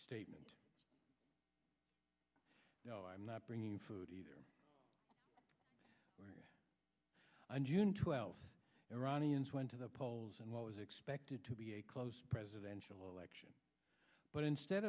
statement you know i'm not bringing food either i'm june twelfth iranians went to the polls and what was expected to be a close presidential election but instead